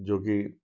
जो की